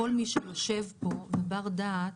כל מי שיושב פה והוא בר דעת,